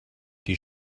die